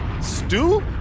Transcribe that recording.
Stew